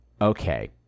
okay